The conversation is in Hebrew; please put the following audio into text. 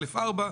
א.4,